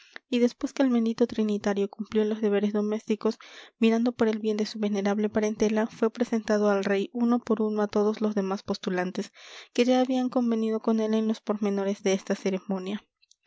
y después que el bendito trinitario cumplió los deberes domésticos mirando por el bien de su venerable parentela fue presentando al rey uno por uno a todos los demás postulantes que ya habían convenido con él en los pormenores de esta ceremonia